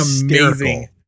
amazing